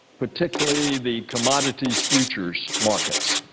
particularly the commodities futures markets.